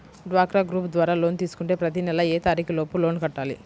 డ్వాక్రా గ్రూప్ ద్వారా లోన్ తీసుకుంటే ప్రతి నెల ఏ తారీకు లోపు లోన్ కట్టాలి?